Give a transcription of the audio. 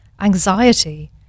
anxiety